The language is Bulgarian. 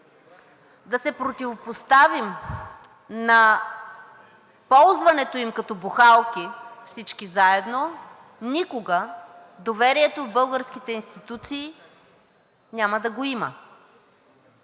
да се противопоставим на ползването им като бухалки – всички заедно, никога доверието в българските институции няма да го има.